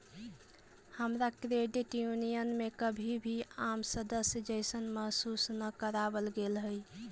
हमरा credit union में कभी भी आम सदस्य जइसन महसूस न कराबल गेलई हल